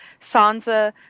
Sansa